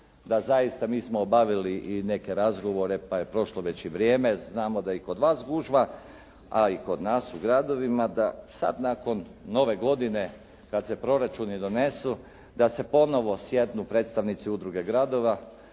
da zaista, mi smo obavili i neke razgovore pa je prošlo već i vrijeme, znamo da je i kod vas gužva, a i kod nas u gradovima da sad nakon nove godine kad se proračuni donesu da se ponovo sjednu predstavnici udruge gradova,